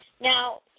now